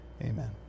Amen